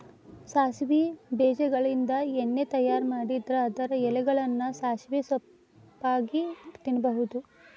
ಸಾಸವಿ ಬೇಜಗಳಿಂದ ಎಣ್ಣೆ ತಯಾರ್ ಮಾಡಿದ್ರ ಅದರ ಎಲೆಗಳನ್ನ ಸಾಸಿವೆ ಸೊಪ್ಪಾಗಿ ತಿನ್ನಬಹುದು